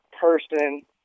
person